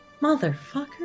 Motherfucker